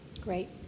Great